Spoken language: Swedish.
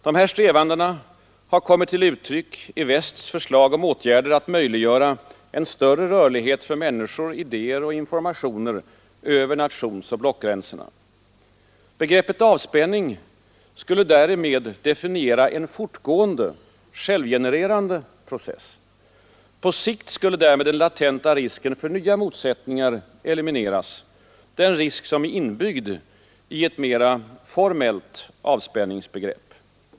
Dessa strävanden har kommit till uttryck i västs förslag om åtgärder för att möjliggöra en större rörlighet för människor, idéer och informationer över nationsoch blockgränserna. Begreppet avspänning skulle därmed definiera en fortgående, självgenererande process. På sikt skulle därmed den latenta risken för nya motsättningar elimineras, den risk som är inbyggd i ett mera formellt avspänningsbegrepp.